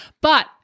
But-